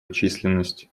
численность